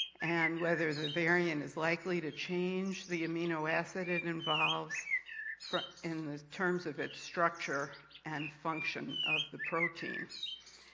and whether the variant is likely to change the amino acid it involves from in the terms of its structure and function of the protein.